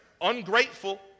ungrateful